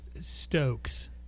Stokes